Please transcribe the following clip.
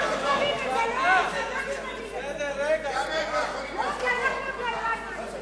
זבולון אורלב, חיים אורון, גאלב מג'אדלה